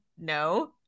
no